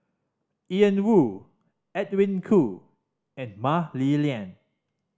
Ian Woo Edwin Koo and Mah Li Lian